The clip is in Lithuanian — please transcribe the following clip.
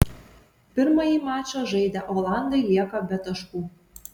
pirmąjį mačą žaidę olandai lieka be taškų